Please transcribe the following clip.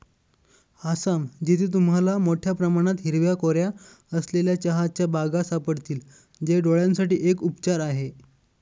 आसाम, जिथे तुम्हाला मोठया प्रमाणात हिरव्या कोऱ्या असलेल्या चहाच्या बागा सापडतील, जे डोळयांसाठी एक उपचार आहे